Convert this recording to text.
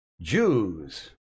Jews